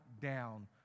down